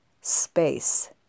space